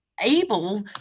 able